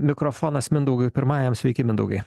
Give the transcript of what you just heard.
mikrofonas mindaugui pirmajam sveiki mindaugai